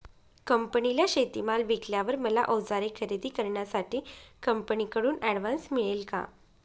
कंपनीला शेतीमाल विकल्यावर मला औजारे खरेदी करण्यासाठी कंपनीकडून ऍडव्हान्स मिळेल का?